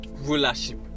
Rulership